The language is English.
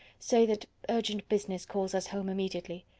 say that urgent business calls us home immediately.